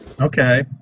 Okay